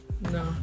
No